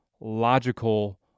logical